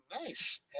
Nice